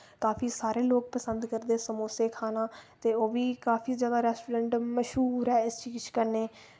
काफी सारे लोक पसंद करदे समोसे खाना ते ओ बी काफी ज्यादा रेस्टोरैंट मश्हूर ऐ इस चीज कन्नै